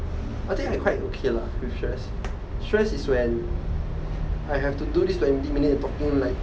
I think I quite okay lah with stress stress is when I have to do this twenty minute talking like